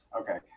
Okay